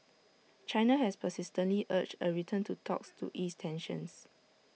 China has persistently urged A return to talks to ease tensions